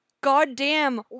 goddamn